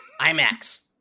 IMAX